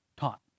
Taught